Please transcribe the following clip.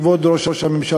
כבוד ראש הממשלה,